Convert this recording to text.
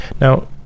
Now